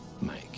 Mike